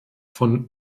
von